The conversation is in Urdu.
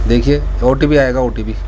دیکھیے او ٹی پی آئے گا او ٹی پی